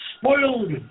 spoiled